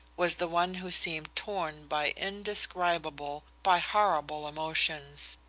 was the one who seemed torn by indescribable, by horrible emotions.